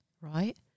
right